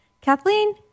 Kathleen